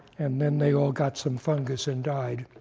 and then they all got some fungus and died.